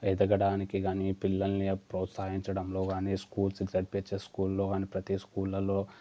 ఎదగడానికి కానీ పిల్లలని ప్రోత్సహించడంలో కానీ స్కూల్స్ చదివించే స్కూల్లో కానీ ప్రతీ స్కూళ్ళలో